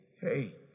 hey